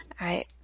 right